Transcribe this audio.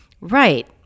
Right